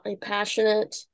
passionate